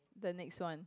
the next one